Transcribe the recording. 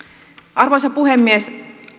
arvoisa puhemies